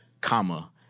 comma